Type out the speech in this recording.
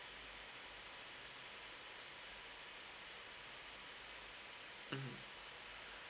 mm